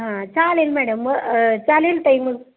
हां चालेल मॅडम मग चालेल ताई मग